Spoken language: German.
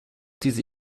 diese